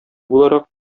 буларак